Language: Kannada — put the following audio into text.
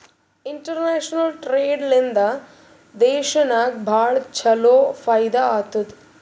ಇಂಟರ್ನ್ಯಾಷನಲ್ ಟ್ರೇಡ್ ಲಿಂದಾ ದೇಶನಾಗ್ ಭಾಳ ಛಲೋ ಫೈದಾ ಆತ್ತುದ್